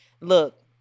Look